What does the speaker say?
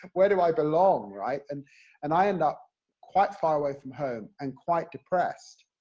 where do i belong? right? and and i ended up quite far away from home, and quite depressed,